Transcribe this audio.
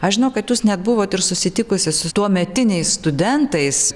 aš žinau kad jūs net buvot ir susitikusi su tuometiniais studentais